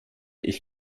ich